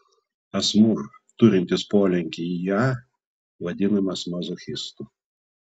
asmuo turintis polinkį į a vadinamas mazochistu